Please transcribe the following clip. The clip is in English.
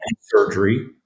surgery